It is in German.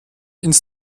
ins